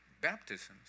baptisms